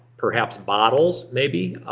perhaps bottles maybe,